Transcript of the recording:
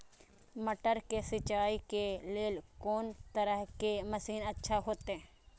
मटर के सिंचाई के लेल कोन तरह के मशीन अच्छा होते?